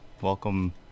Welcome